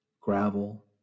gravel